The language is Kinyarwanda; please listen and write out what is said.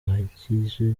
ahagije